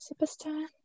superstar